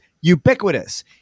ubiquitous